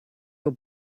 were